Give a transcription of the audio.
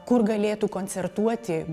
kur galėtų koncertuoti